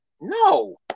No